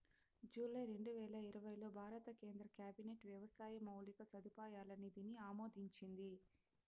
July రెండువేల ఇరవైలో భారత కేంద్ర క్యాబినెట్ వ్యవసాయ మౌలిక సదుపాయాల నిధిని ఆమోదించింది